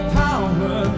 power